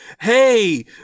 hey